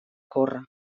córrer